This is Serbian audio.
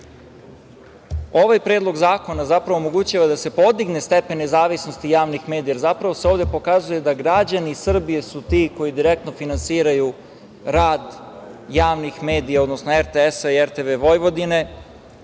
ne. Ovaj Predlog zakona zapravo omogućava da se podigne stepen nezavisnosti javnih medija, jer zapravo se ovde pokazuje da građani Srbije su ti koji direktno finansiraju rad javnih medija, odnosno RTS-a i RTV, a nije